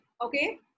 okay